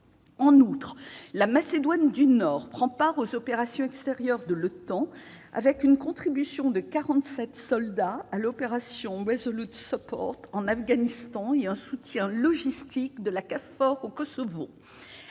En outre, la Macédoine du Nord prend part aux opérations extérieures de l'OTAN, avec une contribution de 47 soldats à l'opération en Afghanistan et un soutien logistique de la KFOR au Kosovo.